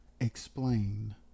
explain